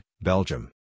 Belgium